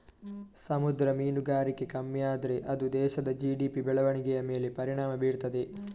ಸಮುದ್ರ ಮೀನುಗಾರಿಕೆ ಕಮ್ಮಿ ಆದ್ರೆ ಅದು ದೇಶದ ಜಿ.ಡಿ.ಪಿ ಬೆಳವಣಿಗೆಯ ಮೇಲೆ ಪರಿಣಾಮ ಬೀರ್ತದೆ